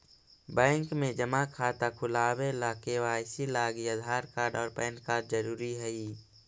bank में जमा खाता खुलावे ला के.वाइ.सी लागी आधार कार्ड और पैन कार्ड ज़रूरी हई